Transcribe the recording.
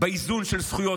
באיזון של זכויות.